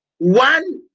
One